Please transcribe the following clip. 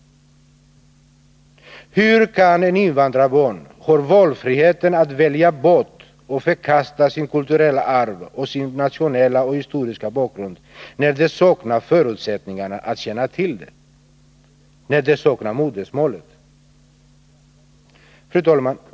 Hur kan ett invandrarbarn ha valfriheten att välja bort och förkasta sitt kulturella arv och sin nationella och historiska bakgrund när det saknar förutsättningar att känna till det, när det saknar modersmålet? Fru talman!